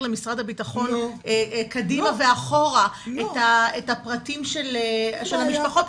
למשרד הבטחון קדימה ואחורה את הפרטים של המשפחות?